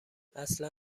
اصلا